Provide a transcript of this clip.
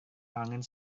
angan